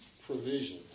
provision